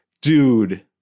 dude